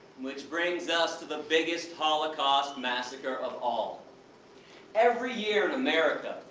which brings us to the biggest holocaust massacre of all every year in america,